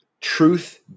truth